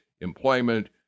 employment